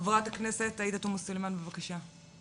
חברת הכנסת עאידה תומא סלימאן, בבקשה.